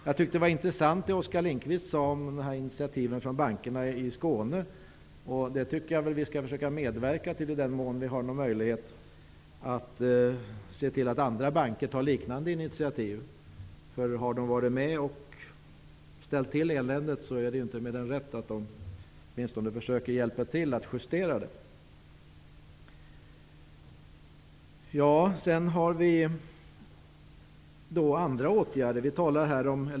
Det som Oskar Lindkvist sade om initiativen från bankerna i Skåne var intressant. I den mån vi har möjlighet tycker jag att vi skall försöka medverka till att andra banker tar liknande initiativ. Om de har varit med om att ställa till eländet är det inte mer än rätt att de åtminstone försöker hjälpa till att justera det. Det finns också andra åtgärder.